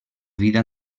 vida